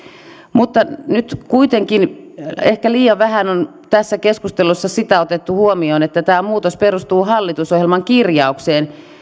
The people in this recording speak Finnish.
mutta nyt kuitenkin ehkä liian vähän on tässä keskustelussa otettu huomioon sitä että tämä muutos perustuu hallitusohjelman kirjaukseen